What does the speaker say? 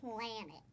planet